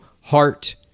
Heart